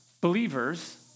believers